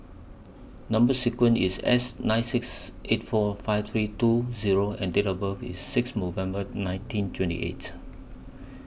Number sequence IS S nine six eight four five three two Zero and Date of birth IS six November nineteen twenty eight